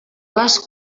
les